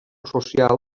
social